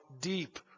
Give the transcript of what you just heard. deep